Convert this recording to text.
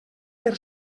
per